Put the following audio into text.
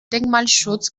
denkmalschutz